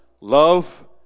love